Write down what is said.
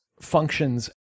functions